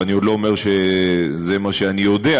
ואני עוד לא אומר שזה מה שאני יודע,